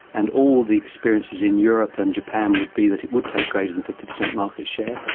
and all the experiences in europe and japan would be that it would take greater than fifty percent market share,